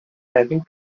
having